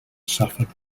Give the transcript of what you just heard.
suffered